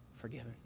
forgiven